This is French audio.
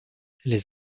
les